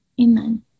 amen